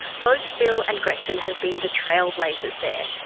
both phil and gretchen have been the trailblazers there,